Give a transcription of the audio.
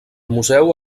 museu